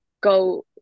go